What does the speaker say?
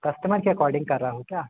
customer के according कर रहे हो क्या